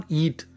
eat